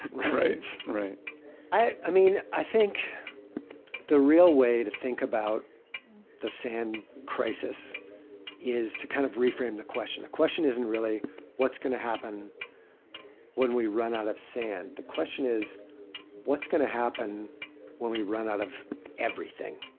right. right i i mean i think the real way to think about the sand crisis is to kind of reframe the question. the question isn't really what's going to happen when we run out of sand. the question is what's going to happen when we run out of everything.